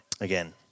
again